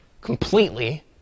completely